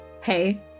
Hey